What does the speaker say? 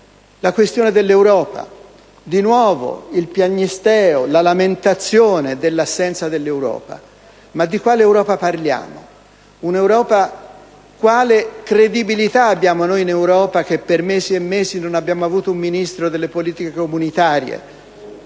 Per quanto riguarda l'Europa, è ricominciato il piagnisteo, la lamentazione dell'assenza dell'Europa: ma di quale Europa parliamo? Quale credibilità abbiamo noi in Europa se per mesi e mesi non abbiamo avuto un Ministro per le politiche comunitarie?